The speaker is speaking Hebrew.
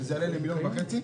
שזה יעלה ל-1.5 מיליון שקל.